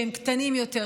שהם קטנים יותר,